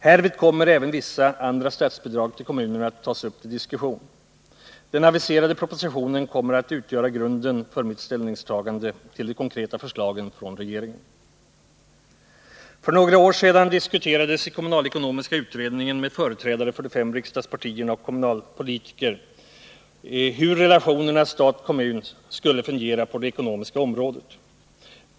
Härvid kommer även vissa andra statsbidrag till kommunerna att tas upp till diskussion. Den aviserade propositionen kommer att utgöra grunden för mitt ställningstagande till de konkreta förslagen från regeringen. För några år sedan diskuterades i den kommunalekonomiska utredningen med företrädare för de fem riksdagspartierna och kommunalpolitiker hur relationerna mellan stat och kommun skulle fungera på det ekonomiska området.